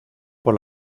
por